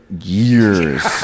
years